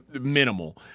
Minimal